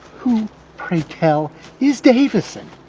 who pray-tell is davidson?